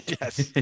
Yes